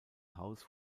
haus